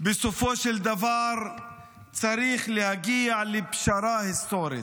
בסופו של דבר צריך להגיע לפשרה היסטורית.